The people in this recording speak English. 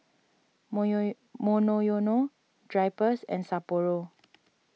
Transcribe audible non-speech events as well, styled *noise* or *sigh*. *unintelligible* Monoyono Drypers and Sapporo